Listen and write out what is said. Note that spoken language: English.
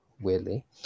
weirdly